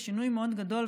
שינוי מאוד גדול.